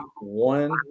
one